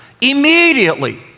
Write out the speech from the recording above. Immediately